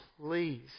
please